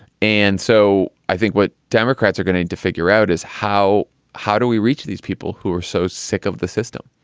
and so i think what democrats are going to do to figure out is how how do we reach these people who are so sick of the system?